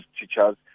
teachers